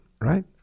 right